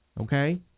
Okay